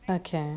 okay